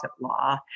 law